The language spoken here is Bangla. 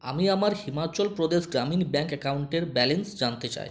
আমি আমার হিমাচল প্রদেশ গ্রামীণ ব্যাঙ্ক অ্যাকাউন্টের ব্যালেন্স জানতে চাই